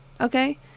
Okay